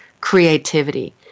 creativity